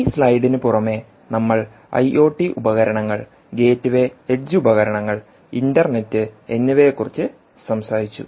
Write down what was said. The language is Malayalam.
ഈ സ്ലൈഡിന് പുറമെ നമ്മൾ ഐഒടി ഉപകരണങ്ങൾ ഗേറ്റ്വേ എഡ്ജ് ഉപകരണങ്ങൾ ഇൻറർനെറ്റ് എന്നിവയെക്കുറിച്ച് സംസാരിച്ചു